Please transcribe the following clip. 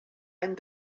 any